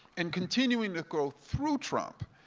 and continuing to grow through trump.